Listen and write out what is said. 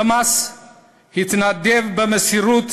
דמאס התנדב במסירות